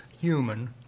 human